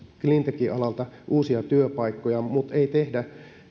cleantech alalta uusia työpaikkoja mutta ei tehdä